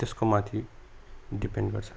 त्यसको माथि डिपेन्ड गर्छ